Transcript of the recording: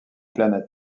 planet